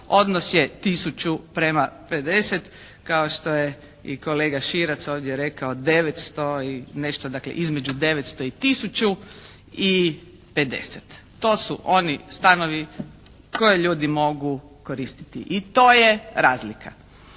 odnos je tisuću prema 50 kao što je i kolega Širac ovdje rekao 900 i nešto, dakle između 900 i tisuću i 50. To su oni stanovi koje ljudi mogu koristiti i to je razlika.